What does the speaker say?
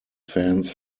fans